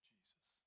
Jesus